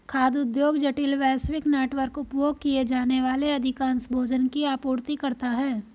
खाद्य उद्योग जटिल, वैश्विक नेटवर्क, उपभोग किए जाने वाले अधिकांश भोजन की आपूर्ति करता है